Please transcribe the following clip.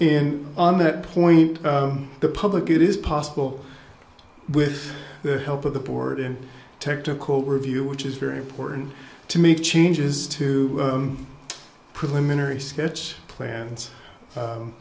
in on that point the public it is possible with the help of the board and technical review which is very important to make changes to preliminary sketch plan